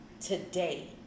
Today